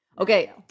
Okay